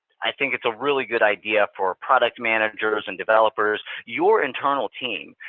i think it's a really good idea for product managers and developers your internal team.